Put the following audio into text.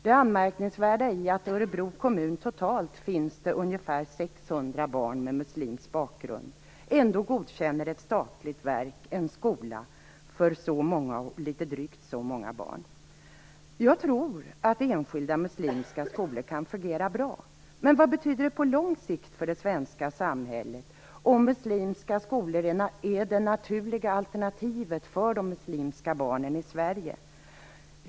Det anmärkningsvärda är att det i Örebro kommun totalt finns ungefär 600 barn med muslimsk bakgrund. Ändå godkänner ett statligt verk en skola för litet drygt så många barn. Jag tror att enskilda muslimska skolor kan fungera bra. Men vad betyder det på lång sikt för det svenska samhället om muslimska skolor är det naturliga alternativet för de muslimska barnen i Sverige?